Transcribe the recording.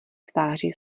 tváři